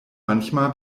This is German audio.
manchmal